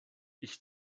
ich